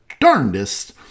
darndest